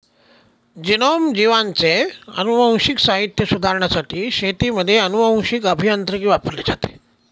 genome, जीवांचे अनुवांशिक साहित्य सुधारण्यासाठी शेतीमध्ये अनुवांशीक अभियांत्रिकी वापरली जाते